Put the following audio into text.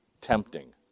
tempting